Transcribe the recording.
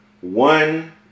one